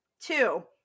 Two